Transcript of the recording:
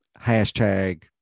Hashtag